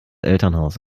elternhaus